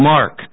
Mark